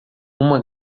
uma